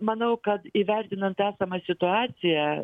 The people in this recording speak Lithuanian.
manau kad įvertinant esamą situaciją